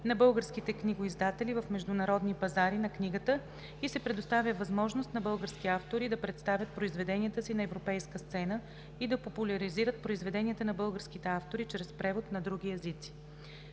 на българските книгоиздатели в международни панаири на книгата и се предоставя възможност на български автори да представят произведенията си на европейска сцена и да популяризират произведенията на българските автори чрез превод на други езици.